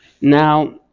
Now